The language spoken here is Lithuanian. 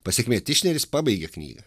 pasekmė tišneris pabaigė knygą